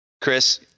Chris